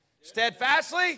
steadfastly